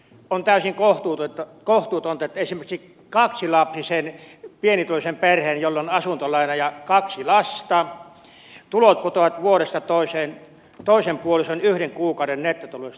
on täysin kohtuutonta että esimerkiksi kaksilapsisen pienituloisen perheen jolla on asuntolaina ja kaksi lasta tulot putoavat vuodesta toiseen toisen puolison yhden kuukauden nettotuloista puoleen